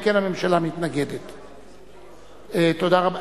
תודה רבה.